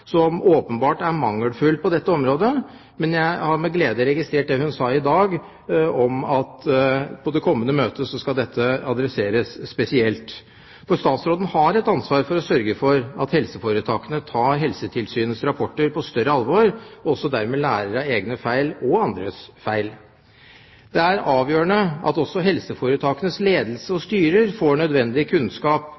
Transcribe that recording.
som åpenbart er mangelfull på dette området. Men jeg har med glede registrert det hun sa i dag, at på det kommende møtet skal dette adresseres spesielt. For statsråden har ansvar for å sørge for at helseforetakene tar Helsetilsynets rapporter på større alvor og dermed lærer av egne og andres feil. Det er avgjørende at også helseforetakenes ledelse og